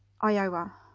Iowa